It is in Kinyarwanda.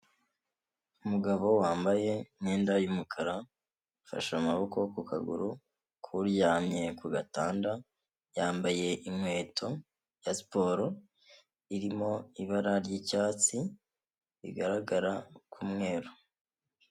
Umugabo wambaye imyenda y'umukara, afashe amaboko ku kaguru k'uryamye ku gatanda, yambaye inkweto ya siporo irimo ibara ry'icyatsi rigaragara ku mweru.